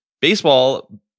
baseball